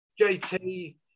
JT